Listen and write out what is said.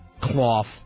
cloth